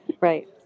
Right